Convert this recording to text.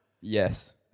Yes